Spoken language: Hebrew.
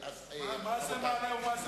מה זה מעלה ומה זה מוריד?